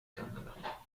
canada